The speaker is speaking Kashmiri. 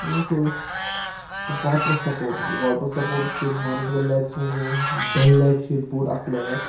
وۄنۍ وٕچھو أسۍ واٹَر سپوٹٕس واٹَر سپوٹٕس چھِ ییٚتہِ مانسبَل لیکَس منٛز گِنٛدان ڈَل لیک چھِ ییٚتہِ بوٚڈ اَکھ لیک